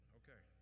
okay